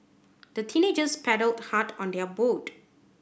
the teenagers paddled hard on their boat